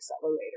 accelerator